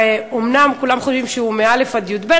אומנם כולם חושבים שהוא מא' עד י"ב,